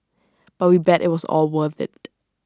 but we bet IT was all worth IT